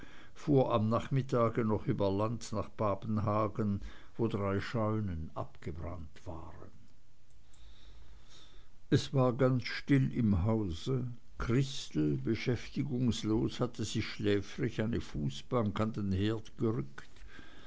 fuhr am nachmittage noch über land nach papenhagen wo drei scheunen abgebrannt waren es war ganz still im hause christel beschäftigungslos hatte sich schläfrig eine fußbank an den herd gerückt